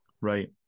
Right